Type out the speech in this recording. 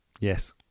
Yes